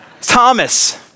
Thomas